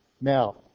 Now